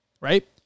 right